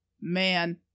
man